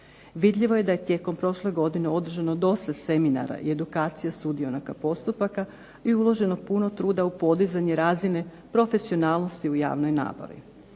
Vidljivo je da je tijekom prošle godine održano dosta seminara i edukacija sudionika postupaka i uloženo puno truda u podizanje razine profesionalnosti u javnoj nabavi.